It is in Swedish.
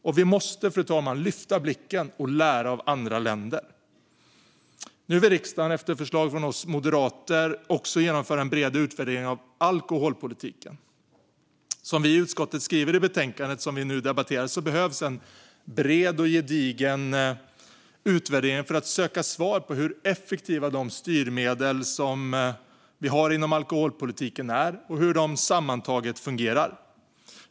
Och vi måste, fru talman, lyfta blicken och lära av andra länder. Nu vill riksdagen, efter förslag från oss moderater, också genomföra en bred utvärdering av alkoholpolitiken. Som vi i utskottet skriver i betänkandet som vi nu debatterar behövs en bred och gedigen utvärdering för att söka svar på hur effektiva de styrmedel som vi har inom alkoholpolitiken är och hur de sammantaget fungerar.